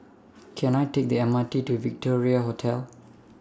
Can I Take The M R T to Victoria Hotel